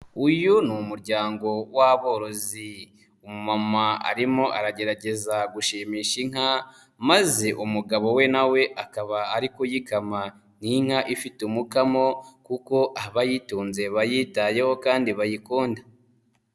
Uyu niryango w'aborozi, umama arimo aragerageza gushimisha inka maze umugabo we nawe akaba ari kuyikama nk'inka ifite umukamo kuko abayitunze bayitayeho kandi bayikunda.